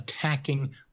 attacking